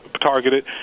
targeted